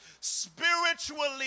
spiritually